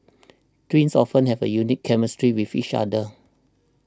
twins often have a unique chemistry with fish other